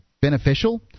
beneficial